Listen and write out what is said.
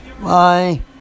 Bye